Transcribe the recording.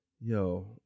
Yo